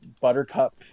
Buttercup